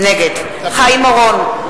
נגד חיים אורון,